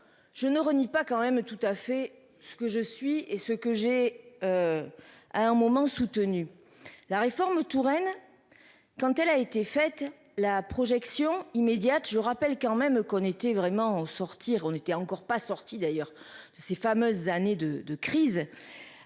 Je ne renie pas quand même tout à fait ce que je suis et ce que j'ai. À un moment soutenu la réforme Touraine. Quand elle a été faite la projection immédiate. Je rappelle quand même qu'on était vraiment sortir on était encore pas sortie d'ailleurs de ces fameuses années de de crise.